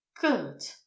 Good